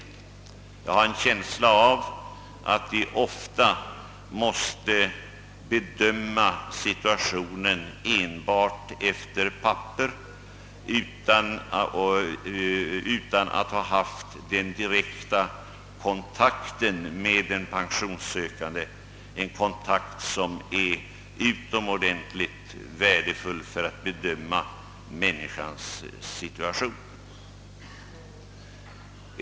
Jag har en känsla av att de ofta måste bedöma situationer enbart med ledning av handlingar och utan att ha möjlighet till direkt kontakt med den pensionssökande — en kontakt som är utomordentligt värdefull för att kunna bedöma människans situation.